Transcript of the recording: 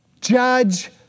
judge